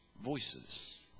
voices